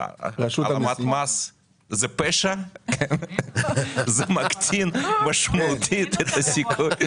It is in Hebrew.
זה מקטין משמעותית את סיכוי.